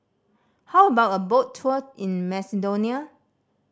how about a boat tour in Macedonia